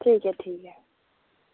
ठीक ऐ ठीक ऐ